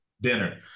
Dinner